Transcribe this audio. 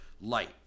light